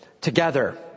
together